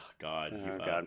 God